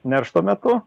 neršto metu